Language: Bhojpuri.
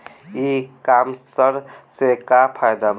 ई कामर्स से का फायदा ह?